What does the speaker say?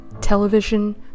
television